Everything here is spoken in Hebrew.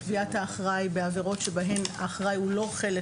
קביעת האחראי בעבירות בהן האחראי הוא לא חלק